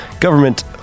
government